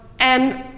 and